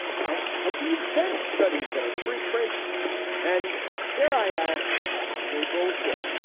how how can you vente studies that are pre prints and dare i ask, are they bullshit?